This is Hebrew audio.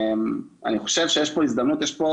אני חושב שיש פה כסף